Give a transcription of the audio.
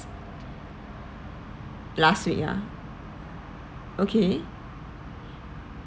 last week lah okay